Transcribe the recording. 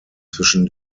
zwischen